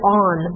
on